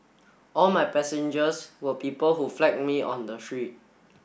all my passengers were people who flag me on the street